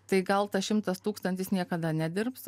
tai gal tas šimtas tūkstantis niekada nedirbs